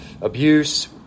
abuse